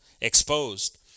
exposed